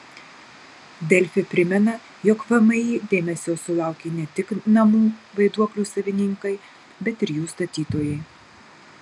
delfi primena jog vmi dėmesio sulaukė ne tik namų vaiduoklių savininkai bet ir jų statytojai